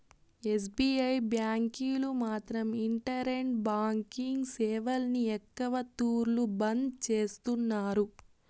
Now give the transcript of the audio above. SBI బ్యాంకీలు మాత్రం internet banking సేవల్ని ఎక్కవ తూర్లు బంద్ చేస్తున్నారు